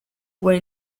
were